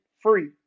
free